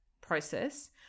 process